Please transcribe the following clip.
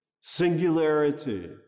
singularity